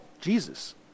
Jesus